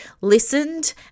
listened